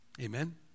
Amen